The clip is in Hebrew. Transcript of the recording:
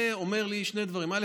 זה אומר לי שני דברים: א.